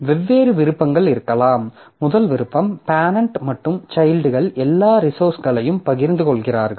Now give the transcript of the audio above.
வெவ்வேறு விருப்பங்கள் இருக்கலாம் முதல் விருப்பம் பேரெண்ட் மற்றும் சைல்ட்கள் எல்லா ரிசோர்ஸ்களையும் பகிர்ந்து கொள்கிறார்கள்